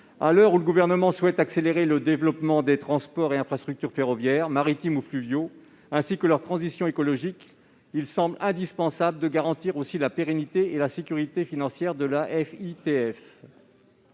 À l'heure où le Gouvernement souhaite accélérer le développement des transports et infrastructures ferroviaires, maritimes ou fluviaux, ainsi que leur transition écologique, il semble indispensable de garantir la pérennité et la sécurité financière de l'Afitf.